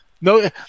No